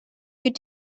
could